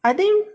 I think